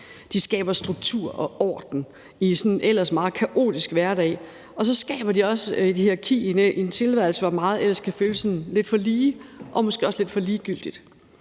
De skaber struktur og orden i en ellers meget kaotisk hverdag, og så skaber de også et hierarki i en tilværelse, hvor meget ellers kan føles lidt for lige og måske også lidt for ligegyldigt.